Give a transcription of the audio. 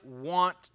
want